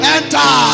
Enter